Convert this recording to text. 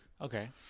Okay